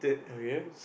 okay